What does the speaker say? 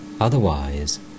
Otherwise